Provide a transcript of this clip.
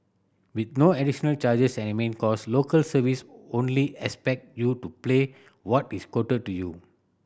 with no additional charges and admin cost Local Service only expect you to pay what is quoted to you